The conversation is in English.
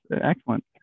excellent